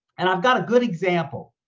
and i've got a good example.